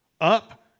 up